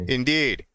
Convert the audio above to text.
Indeed